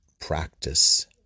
practice